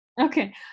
Okay